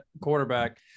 quarterback